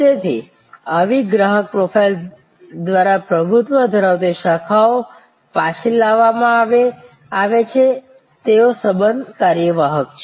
તેથી આવી ગ્રાહક પ્રોફાઇલ દ્વારા પ્રભુત્વ ધરાવતી શાખાઓ પાછી લાવવામાં આવે છે તેઓ સંબંધ કાર્યવાહક છે